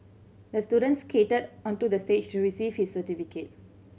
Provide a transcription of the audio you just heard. the student skated onto the stage to receive his certificate